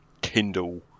Kindle